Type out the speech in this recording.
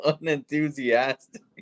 unenthusiastic